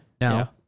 Now